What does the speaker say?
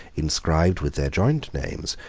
inscribed with their joint names,